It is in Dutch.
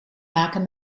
maken